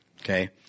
Okay